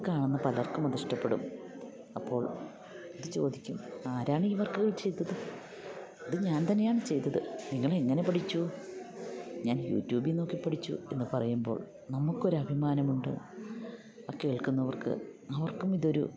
അത് കാണുന്ന പലർക്കും അതിഷ്ടപ്പെടും അപ്പോൾ ഇത് ചോദിക്കും ആരാണ് ഈ വർക്ക് ചെയ്തത് ഇത് ഞാൻ തന്നെയാണ് ചെയ്തത് നിങ്ങളെങ്ങനെ പഠിച്ചു ഞാൻ യൂട്യൂബിൽ നോക്കി പഠിച്ചു എന്ന് പറയുമ്പോൾ നമുക്കൊരഭിമാനമുണ്ട് ആ കേൾക്കുന്നവർക്ക് അവർക്കും ഇതൊരു